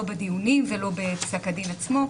לא בדיונים ולא בפסק הדין עצמו,